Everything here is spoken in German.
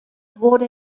wurde